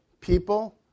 people